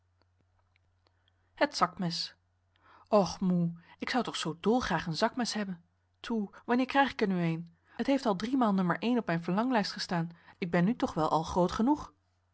het zakmes ch moe ik zou toch zoo dolgraag een zakmes hebben toe wanneer krijg ik er nu een het heeft al driemaal nummer één op mijn verlanglijst gestaan ik ben nu toch wel al groot genoeg